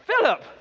Philip